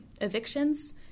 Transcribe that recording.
evictions